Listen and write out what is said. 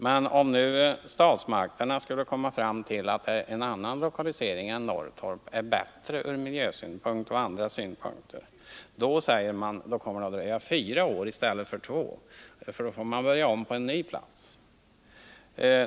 Men om nu statsmakterna skulle komma fram till att en annan lokalisering än Norrtorp är bättre från miljösynpunkt och andra synpunkter, säger man att det kommer att dröja fyra år i stället för två. Då får man nämligen bygga om på en ny plats.